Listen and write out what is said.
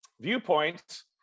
viewpoints